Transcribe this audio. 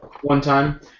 one-time